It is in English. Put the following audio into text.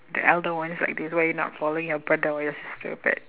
the elder one's like this why you not following your brother or your sister